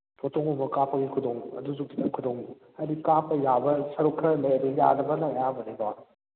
ꯐꯣꯇꯣꯒꯨꯝꯕ ꯀꯥꯞꯄꯒꯤ ꯈꯨꯗꯣꯡ ꯑꯗꯨꯁꯨ ꯈꯤꯇꯪ ꯈꯨꯗꯣꯡ ꯍꯩꯗꯤ ꯀꯥꯞꯄ ꯌꯥꯕ ꯁꯔꯨꯛ ꯈꯔ ꯂꯩ ꯑꯗꯣ ꯌꯥꯗꯕꯅ ꯑꯌꯥꯝꯕꯅꯤꯀꯣ